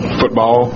football